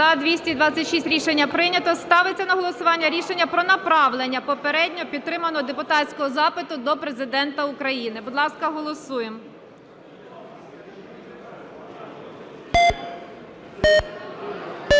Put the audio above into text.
За-226 Рішення прийнято. Ставиться на голосування рішення про направлення попередньо підтриманого депутатського запиту до Президента України. Будь ласка, голосуємо.